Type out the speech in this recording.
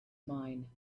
mine